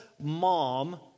mom